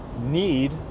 need